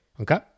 Okay